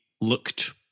looked